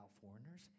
foreigners